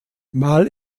mal